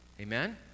Amen